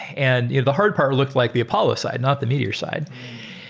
and the hard part looked like the apollo side, not the meteor side.